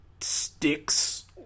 sticks